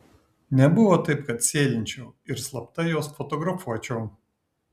nebuvo taip kad sėlinčiau ir slapta juos fotografuočiau